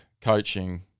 coaching